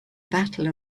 battle